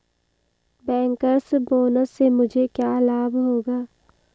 Bankers bonus से मुझे क्या लाभ होगा?